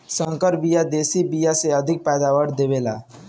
संकर बिया देशी बिया से अधिका पैदावार दे वेला